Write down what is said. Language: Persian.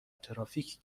ترافیک